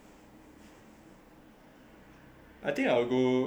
I think I would go I don't mind going to China